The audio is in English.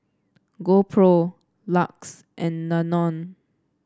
GoPro Lux and Danone